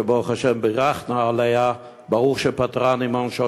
שברוך השם בירכנו עליה "ברוך שפטרני מעונשו